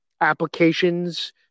applications